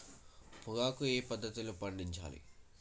పొగాకు ఏ పద్ధతిలో పండించాలి?